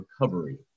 recovery